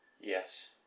Yes